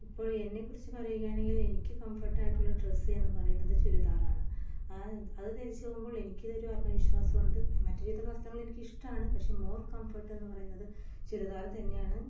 ഇപ്പഴും എന്നെക്കുറിച്ച് പറയുകയാണെങ്കിൽ എനിക്ക് കംഫർട്ട് ആയിട്ടുള്ള ഡ്രസ്സ് എന്ന് പറയുന്നത് ചുരിദാറാണ് അത് ധരിച്ച് പോവുമ്പോൾ എനിക്ക് ഇതൊരു ആത്മവിശ്വാസം ഉണ്ട് മറ്റ് രീതിയിൽത്തെ വസ്ത്രങ്ങൾ എനിക്ക് ഇഷ്ടമാണ് പക്ഷെ മോർ കംഫർട്ട് എന്ന് പറയുന്നത് ചുരിദാറ് തന്നെയാണ്